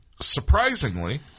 surprisingly